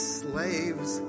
slaves